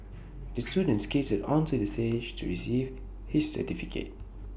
the student skated onto the stage to receive his certificate